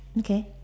okay